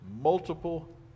multiple